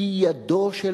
היא ידו של